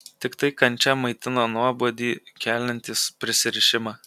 tiktai kančia maitino nuobodį keliantį prisirišimą